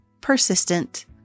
persistent